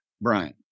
Brian